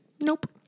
Nope